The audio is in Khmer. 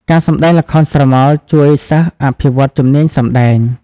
ការសម្តែងល្ខោនស្រមោលជួយសិស្សអភិវឌ្ឍជំនាញសម្តែង។